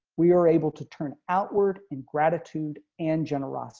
we are able to turn outward and gratitude and generosity